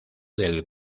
del